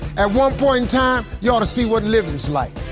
at one point in time, you ought to see what living's like.